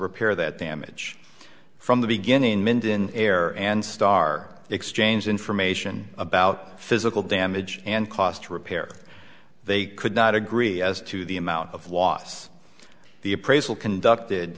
repair that damage from the beginning mend in air and star exchange information about physical damage and cost to repair they could not agree as to the amount of loss the appraisal conducted